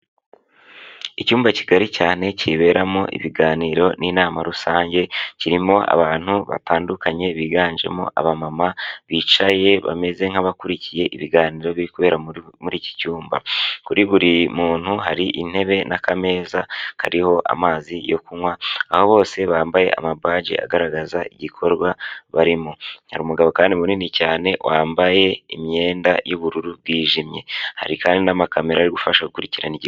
Icyumba kigari cyane kiberamo ibiganiro n'inama rusange kirimo abantu batandukanye biganjemo abamama bicaye bameze nk'abakurikiye ibiganiro bikorera muri iki cyumba, kuri buri muntu hari intebe n'akameza kariho amazi yo kunywa, aho bose bambaye amabaji agaragaza igikorwa barimo, hari umugabo kandi munini cyane wambaye imyenda y'ubururu bwijimye, hari kandi n'amakamera ari gufasha gukurikirana igi....